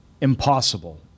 impossible